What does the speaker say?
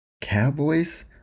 Cowboys